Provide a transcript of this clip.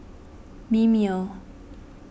Mimeo